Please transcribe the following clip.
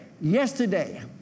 yesterday